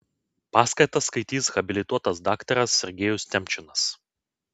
paskaitą skaitys habilituotas daktaras sergejus temčinas